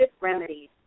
Remedies